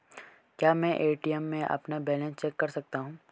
क्या मैं ए.टी.एम में अपना बैलेंस चेक कर सकता हूँ?